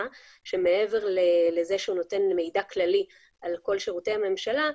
שמעבר לזה שהוא נותן מידע כללי על כל שירותי הממשלה,